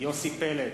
יוסי פלד,